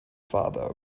father